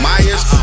Myers